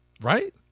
right